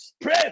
Pray